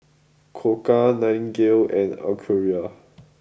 Koka Nightingale and Acura